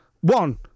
one